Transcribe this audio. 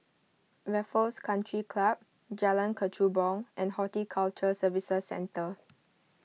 Raffles Country Club Jalan Kechubong and Horticulture Services Centre